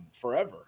forever